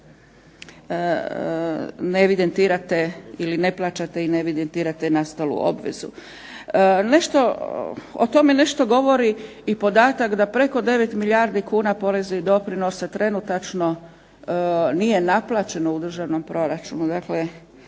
ne evidentirate ili ne plaćate i ne evidentirate nastalu obvezu. Nešto, o tome nešto govori i podatak da preko 9 milijardi kuna poreznih doprinosa trenutačno nije naplaćeno u državnom proračunu,